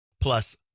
plus